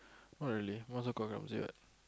oh really might as well call clumsy what